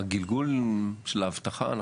אני